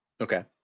Okay